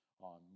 on